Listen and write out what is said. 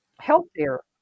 healthier